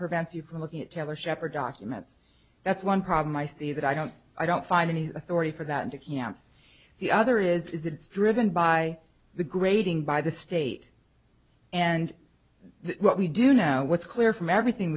prevents you from looking at taylor shepherd documents that's one problem i see that i don't see i don't find any authority for that to kant's the other is it's driven by the grading by the state and what we do know what's clear from everything